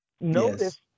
notice